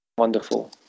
Wonderful